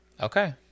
Okay